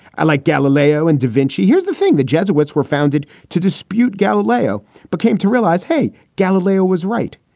i like galileo and da vinci. here's the thing. the jesuits were founded to dispute galileo but came to realize, hey, galileo was right.